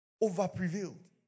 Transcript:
over-prevailed